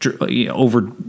over